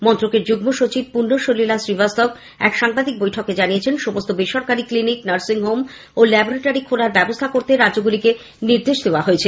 মন্ত্রকের যুগ্ম সচিব পুন্যসলিলা শ্রীবাস্তব গতকাল এক সাংবাদিক বৈঠকে জানান সমস্ত বেসরকারি ক্লিনিক নার্সিংহোম ও ল্যাবরেটারি খোলার ব্যবস্থা করতেও রাজ্যগুলিকে নির্দেশ দেওয়া হয়েছে